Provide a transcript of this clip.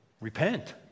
repent